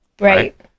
right